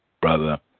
brother